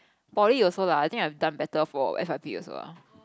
Poly also lah I think I'd have done better for f_y_p also lah